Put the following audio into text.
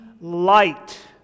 light